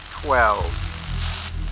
twelve